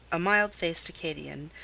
a mild-faced acadian,